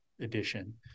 edition